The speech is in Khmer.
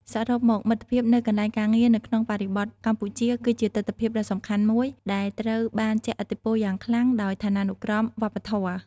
សរុបមក មិត្តភាពនៅកន្លែងការងារនៅក្នុងបរិបទកម្ពុជាគឺជាទិដ្ឋភាពដ៏សំខាន់មួយដែលត្រូវបានជះឥទ្ធិពលយ៉ាងខ្លាំងដោយឋានានុក្រមវប្បធម៌។